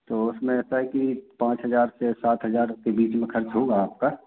तो उसमें ऐसा है कि पाँच हज़ार से सात हज़ार के बीच में खर्च होगा आपका